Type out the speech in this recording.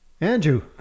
Andrew